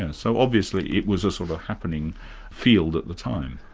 yeah so obviously it was a sort of a happening field at the time.